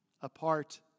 apart